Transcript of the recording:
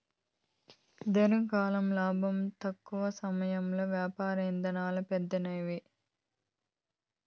దీర్ఘకాలం లాబం, తక్కవ సమయంలో యాపారం ఇందల పెదానమైనవి